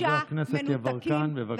חבר הכנסת יברקן, בבקשה.